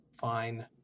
fine